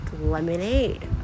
lemonade